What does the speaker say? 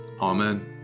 Amen